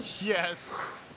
Yes